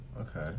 Okay